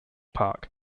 park